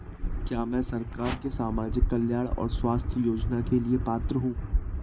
क्या मैं सरकार के सामाजिक कल्याण और स्वास्थ्य योजना के लिए पात्र हूं?